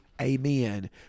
amen